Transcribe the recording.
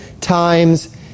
times